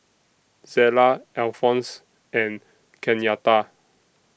Zella Alphonse and Kenyatta